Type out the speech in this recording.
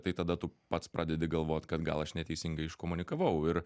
tai tada tu pats pradedi galvot kad gal aš neteisingai iškomunikavau ir